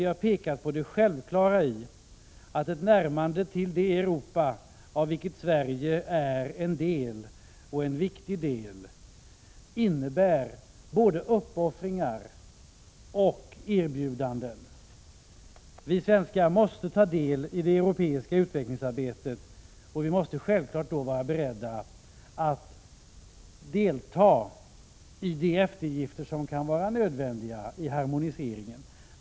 Vi har där pekat på det självklara i att ett närmande till det Europa av vilket Sverige utgör en viktig del innebär både uppoffringar och erbjudanden. Vi svenskar måste ha del i det europeiska utvecklingsarbetet, och självfallet måste vi då vara beredda att delta i fråga om de eftergifter som kan vara nödvändiga för harmoniseringen.